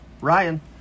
Ryan